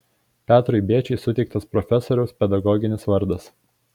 petrui bėčiui suteiktas profesoriaus pedagoginis vardas